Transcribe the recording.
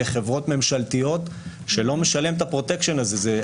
חברות ממשלתיות שלא משלם את הפרוטקשן הזה.